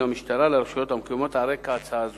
המשטרה לרשויות המקומיות על רקע הצעה זו.